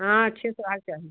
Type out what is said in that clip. हाँ अच्छे से और चाहिए